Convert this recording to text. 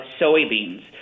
soybeans